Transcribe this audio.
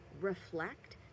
reflect